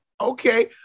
okay